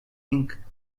ink